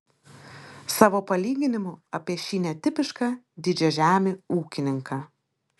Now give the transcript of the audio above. savo palyginimu apie šį netipišką didžiažemį ūkininką